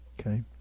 Okay